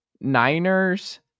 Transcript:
niners